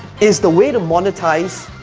is the way to monetize,